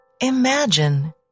Imagine